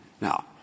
Now